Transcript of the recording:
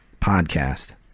podcast